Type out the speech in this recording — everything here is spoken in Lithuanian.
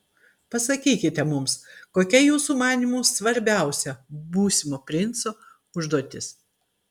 pasakykite mums kokia jūsų manymu svarbiausia būsimo princo užduotis